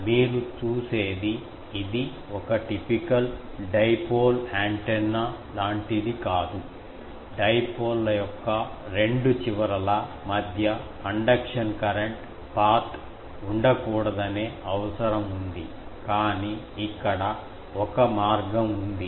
మీరు చూసేది ఇది ఒక టిపికల్ డైపోల్ యాంటెన్నా లాంటిది కాదు డైపోల్ ల యొక్క రెండు చివరల మధ్య కండక్షన్ కరెంట్ పాత్ ఉండకూడదనే అవసరం ఉంది కానీ ఇక్కడ ఒక మార్గం ఉంది